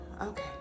okay